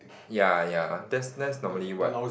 ya ya that's that's normally what